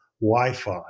Wi-Fi